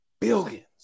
billions